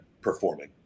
performing